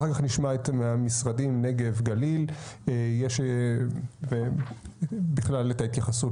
ואחר כך נשמע את המשרדים נגב גליל ואת ההתייחסות